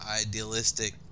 idealistic